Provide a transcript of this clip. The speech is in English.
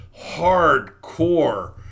hardcore